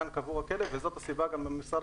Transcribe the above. כאן קבור הכלב וזאת הסיבה גם שמשרד